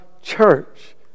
church